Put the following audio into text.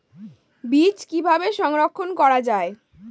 বীজ কিভাবে সংরক্ষণ করা যায়?